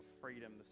freedom